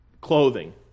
clothing